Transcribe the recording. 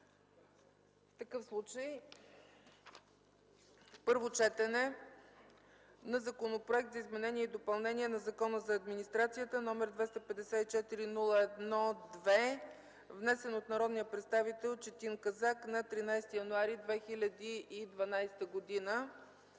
гласуване относно Законопроект за изменение и допълнение на Закона за администрацията, № 254–01–2, внесен от народния представител Четин Казак на 13 януари 2012 г.